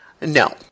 No